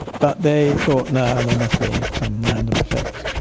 but they thought no, they must be some random effect.